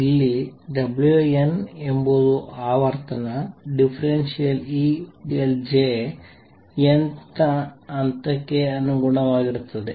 ಇಲ್ಲಿ n ಎಂಬುದು ಆವರ್ತನ ∂E∂J n th ಹಂತಕ್ಕೆ ಅನುಗುಣವಾಗಿರುತ್ತದೆ